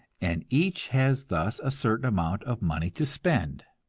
and each has thus a certain amount of money to spend.